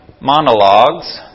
monologues